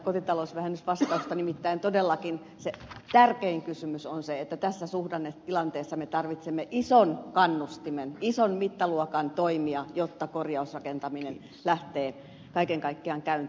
nimittäin todellakin se tärkein kysymys on se että tässä suhdannetilanteessa me tarvitsemme ison kannustimen ison mittaluokan toimia jotta korjausrakentaminen lähtee kaiken kaikkiaan käyntiin